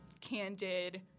candid